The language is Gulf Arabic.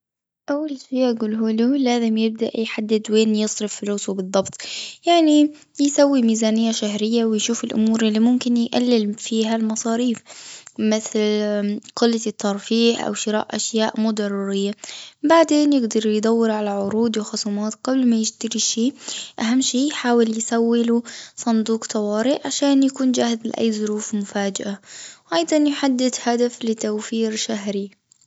أول شي أقوله له لازم يبدأ يحدد وين يصرف فلوسه بالضبط. يعني يسوي ميزانية شهرية ويشوف الأمور اللي ممكن يقلل فيها المصاريف. مثل اا -مثل قلة الترفيه أو شراء أشياء مو ضرورية. بعدين يقدروا يدوروا على عروض وخصومات قبل ما يشتري شيء. أهم شيء يحاول يسويله صندوق طوارئ عشان يكون جاهز لأي ظروف مفاجئة. وأيضا يحدد هدف لتوفير شهري